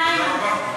הנה איימן, תן לו.